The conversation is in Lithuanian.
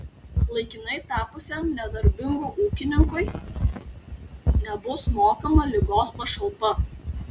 laikinai tapusiam nedarbingu ūkininkui nebus mokama ligos pašalpa